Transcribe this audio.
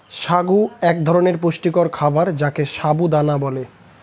সাগু এক ধরনের পুষ্টিকর খাবার যাকে সাবু দানা বলে